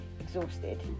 exhausted